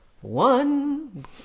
one